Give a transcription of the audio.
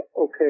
okay